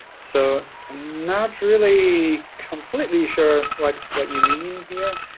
so i'm not really completely sure what what you mean here.